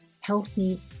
healthy